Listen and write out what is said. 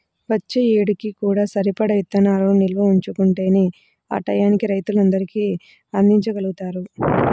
వచ్చే ఏడుకి కూడా సరిపడా ఇత్తనాలను నిల్వ ఉంచుకుంటేనే ఆ టైయ్యానికి రైతులందరికీ అందిచ్చగలుగుతారు